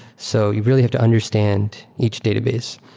so you really have to understand each database.